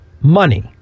money